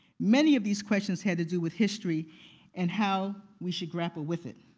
many of these questions had to do with history and how we should grapple with it.